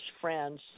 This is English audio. friends